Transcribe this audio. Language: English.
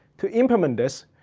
to implement this,